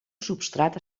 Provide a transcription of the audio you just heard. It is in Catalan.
substrat